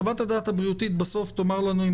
חוות הדעת הבריאותית בסוף תאמר לנו אם